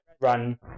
run